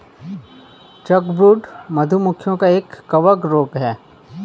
chalkbrood, मधु मक्खियों का एक कवक रोग है